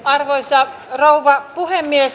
arvoisa rouva puhemies